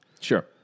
Sure